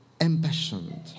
impassioned